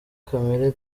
kamere